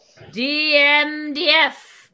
DMDF